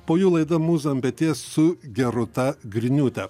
po jų laida mūza ant peties su gerūta griniūte